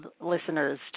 listeners